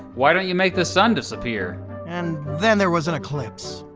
why don't you make the sun disappear? and then there was an eclipse.